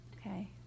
Okay